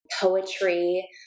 poetry